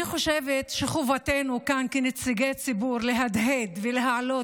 אני חושבת שחובתנו כאן כנציגי ציבור להדהד ולהעלות